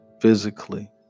physically